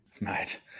Mate